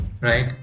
right